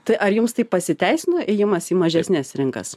tai ar jums tai pasiteisino ėjimas į mažesnes rinkas